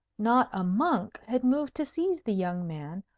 not a monk had moved to seize the young man,